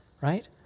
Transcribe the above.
right